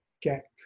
get